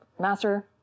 master